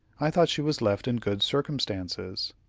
i thought she was left in good circumstances.